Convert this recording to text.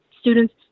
students